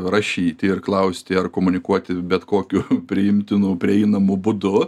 rašyti ir klausti ar komunikuoti bet kokiu priimtinu prieinamu būdu